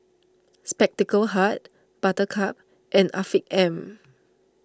Spectacle Hut Buttercup and Afiq M